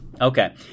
okay